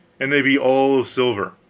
and they be all of silver.